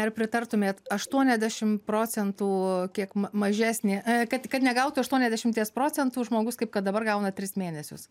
ar pritartumėt aštuoniasdešimt procentų kiek ma mažesnį kad kad negautų aštuoniasdešimties procentų žmogus kaip kad dabar gauna tris mėnesius